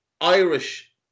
Irish